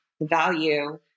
value